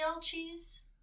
cheese